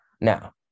now